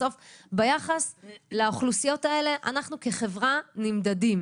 בסוף, ביחס לאוכלוסיות האלה אנחנו, כחברה, נמדדים